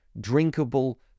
drinkable